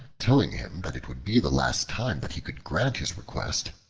telling him that it would be the last time that he could grant his request,